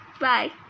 bye